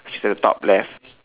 should top left